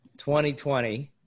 2020